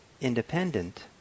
independent